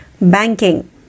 Banking